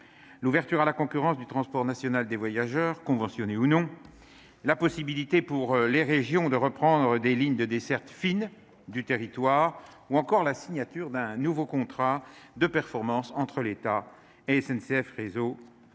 l'ouverture à la concurrence du transport national des voyageurs conventionnés ou non la possibilité pour les régions de reprendre des lignes de desserte fine du territoire ou encore la signature d'un nouveau contrat de performance entre l'état et SNCF, réseau